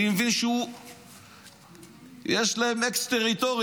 אני מבין שיש להם אקס-טריטוריה.